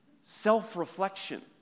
self-reflection